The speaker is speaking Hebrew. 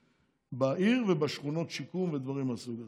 בעיר ובשכונות השיקום ובדברים מהסוג הזה,